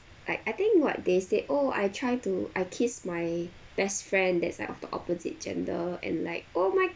like I think what they said oh I try to I kissed my best friend that's like of the opposite gender and like oh my